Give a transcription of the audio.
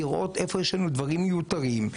לראות איפה יש לנו דברים מיותרים.